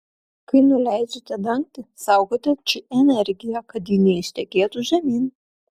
kai nuleidžiate dangtį saugote či energiją kad ji neištekėtų žemyn